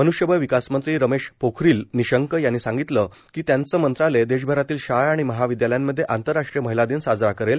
मन्ष्यबळ विकासमंत्री रमेश पोखरील निशंक यांनी सांगितले की त्यांचे मंत्रालय देशभरातील शाळा आणि महाविद्यालयांमध्ये आंतरराष्ट्रीय महिला दिन साजरा करेल